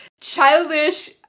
childish